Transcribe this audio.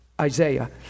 Isaiah